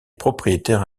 propriétaires